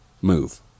move